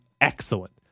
excellent